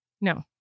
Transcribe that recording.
No